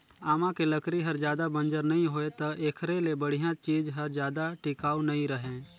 आमा के लकरी हर जादा बंजर नइ होय त एखरे ले बड़िहा चीज हर जादा टिकाऊ नइ रहें